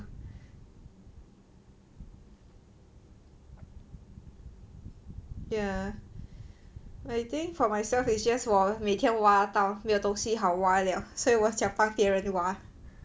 ya I think for myself is just 我每天挖到没有东西好挖了所以我想帮别人挖